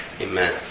Amen